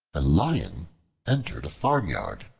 a lion entered a farmyard.